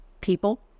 people